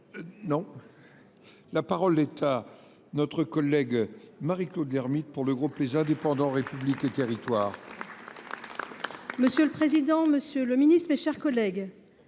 Non. La parole d'Etat, notre collègue Marie-Claude Lhermitte pour le groupe Les Indépendants, République et Territoires. Monsieur le Président, Monsieur le Ministre et chers collègues,